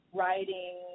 writing